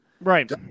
Right